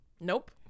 Nope